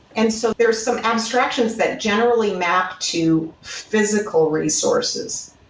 and so there're some abstractions that generally map to physical resources.